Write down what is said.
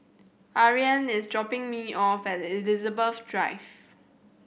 Ariane is dropping me off at Elizabeth Drive